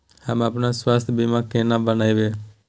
हम अपन स्वास्थ बीमा केना बनाबै?